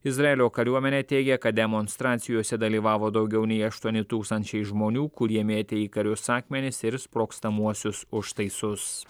izraelio kariuomenė teigia kad demonstracijose dalyvavo daugiau nei aštuoni tūkstančiai žmonių kurie mėtė į karius akmenis ir sprogstamuosius užtaisus